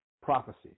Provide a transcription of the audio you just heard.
prophecy